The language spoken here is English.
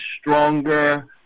stronger